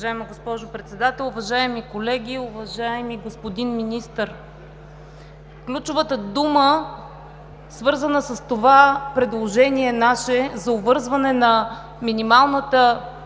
Уважаема госпожо Председател, уважаеми колеги, уважаеми господин Министър! Ключовата дума, свързана с това наше предложение за обвързване на минималната